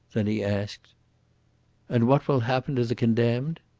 then he asked and what will happen to the condemned?